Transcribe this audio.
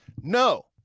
No